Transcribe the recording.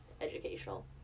educational